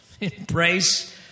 Embrace